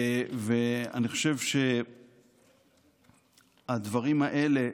אני חושב שבדברים האלה,